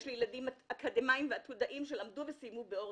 יש לי ילדים אקדמאיים ועתודאים שלמדו באורט וסיימו שם את לימודיהם.